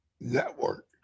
network